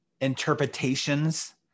interpretations